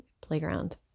playground